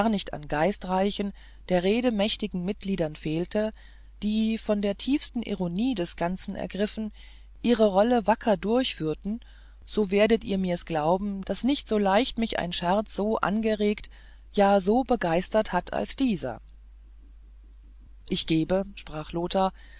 an geistreichen der rede mächtigen mitgliedern fehlte die von der tiefen ironie des ganzen ergriffen ihre rollen wacker durchführten so werdet ihr mir's glauben daß nicht so leicht mich ein scherz so angeregt ja so begeistert hat als dieser ich gebe sprach